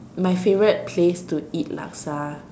my favorite place to eat Laksa